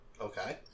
Okay